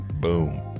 Boom